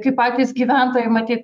kaip patys gyventojai matyt